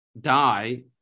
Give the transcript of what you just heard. die